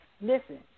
Listen